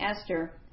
Esther